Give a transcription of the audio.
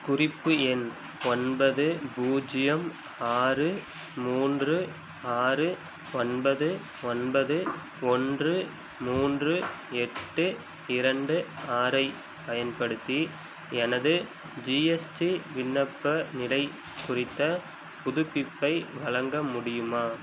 குறிப்பு எண் ஒன்பது பூஜ்ஜியம் ஆறு மூன்று ஆறு ஒன்பது ஒன்பது ஒன்று மூன்று எட்டு இரண்டு ஆறை பயன்படுத்தி எனது ஜிஎஸ்டி விண்ணப்ப நிலை குறித்த புதுப்பிப்பை வழங்க முடியுமா